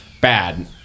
bad